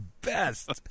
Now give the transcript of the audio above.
best